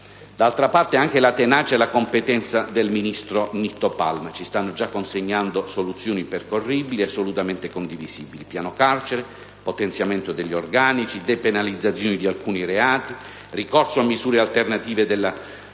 D'altra parte, anche la tenacia e la competenza del ministro Palma ci stanno già consegnando soluzioni percorribili e assolutamente condivisibili. Piano carceri, potenziamento degli organici polizia penitenziaria, depenalizzazione di alcuni reati e ricorso a misure alternative alla